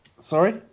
Sorry